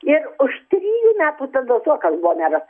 ir už trijų metų tada zuokas buvo meras